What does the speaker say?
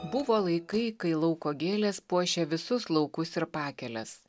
buvo laikai kai lauko gėlės puošė visus laukus ir pakeles